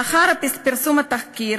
לאחר פרסום התחקיר